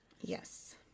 Yes